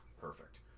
perfect